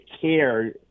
care